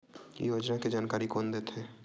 योजना के जानकारी कोन दे थे?